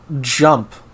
jump